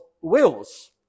wills